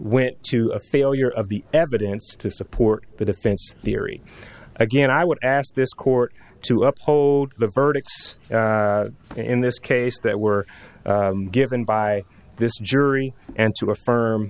went to a failure of the evidence to support the defense theory again i would ask this court to uphold the verdicts in this case that were given by this jury and to affirm